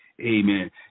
Amen